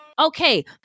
Okay